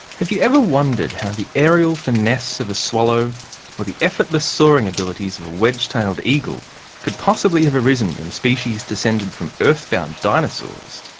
have you ever wondered how the aerial finesse of a swallow or the effortless soaring abilities of a wedge tailed eagle could possibly have arisen in species descended from earthbound dinosaurs?